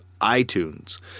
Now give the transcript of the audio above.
iTunes